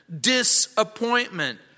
disappointment